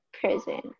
prison